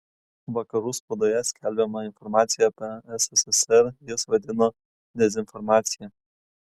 vakarų spaudoje skelbiamą informaciją apie sssr jis vadino dezinformacija